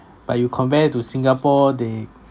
but you compare to singapore they